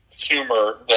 humor